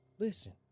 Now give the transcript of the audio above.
Listen